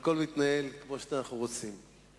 והכול מתנהל כמו שאנחנו רוצים.